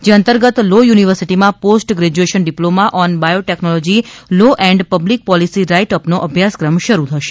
જે અંતર્ગત લો યુનિવર્સિટીમાં post graduation diploma on biotechnology law and public policy right અપનો અભ્યાસક્રમ શરૂ થશે